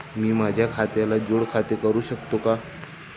मी माझ्या खात्याला जोड खाते करू शकतो का?